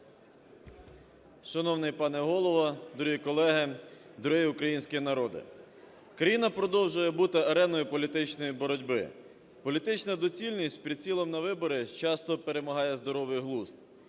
Шановний пане Голово, дорогі колеги, дорогий український народе, країна продовжує бути ареною політичної боротьби, політична доцільність з прицілом на вибори часто перемагає здоровий глузд.